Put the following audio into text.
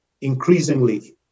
increasingly